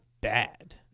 bad